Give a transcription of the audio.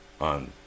on